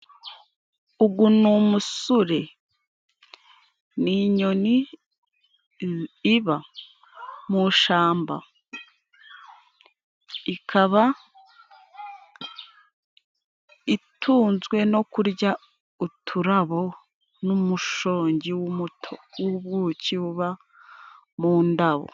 Uyu ni umusore, ni inyoni iba mushyamba, ikaba itunzwe no kurya uturabo n'umushongi w'ubukiba uba mu ndabo.